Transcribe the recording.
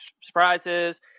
surprises